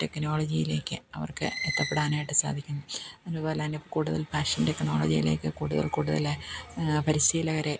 ടെക്നോളജിയിലേക്ക് അവർക്ക് എത്തപ്പെടാനായിട്ട് സാധിക്കും അതുപോലെത്തന്നെ കൂടുതൽ ഫാഷൻ ടെക്നോളജിയിലേക്ക് കൂടുതൽ കൂടുതൽ പരിശീലകരെ